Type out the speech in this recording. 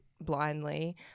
blindly